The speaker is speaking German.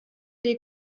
die